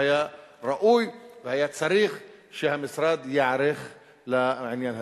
והיה ראוי והיה צריך שהמשרד ייערך לעניין הזה.